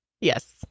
Yes